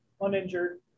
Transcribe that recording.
uninjured